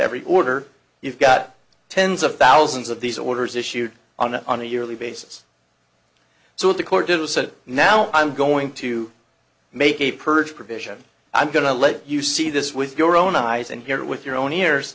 every order you've got tens of thousands of these orders issued on a on a yearly basis so what the court did was said now i'm going to make a purge provision i'm going to let you see this with your own eyes and hear it with your own ears